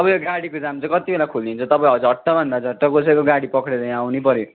अब यो गाडीको जाम चाहिँ कति बेला खोलिन्छ तपाईँ झट्ट भन्दा झट्ट कसैको गाडी पक्रेर यहाँ आउनै पर्यो